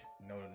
no